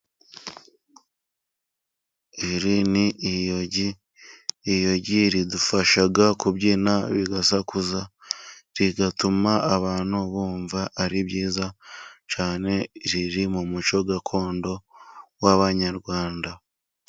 Iri ni iyogi. Iyogi ridufasha kubyina rigasakuza rigatuma abantu bumva ari byiza cyane. Riri mu muco gakondo w'abanyarwanda.